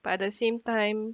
but at the same time